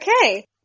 Okay